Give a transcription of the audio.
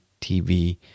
TV